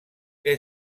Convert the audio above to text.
què